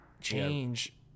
change